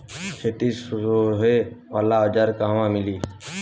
खेत सोहे वाला औज़ार कहवा मिली?